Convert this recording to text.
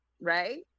Right